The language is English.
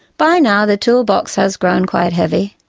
by now, the toolbox has grown quite heavy,